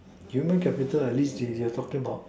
human capital at least they you talking about